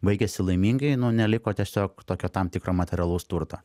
baigėsi laimingai nu neliko tiesiog tokio tam tikro materialaus turto